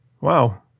Wow